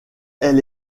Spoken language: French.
elle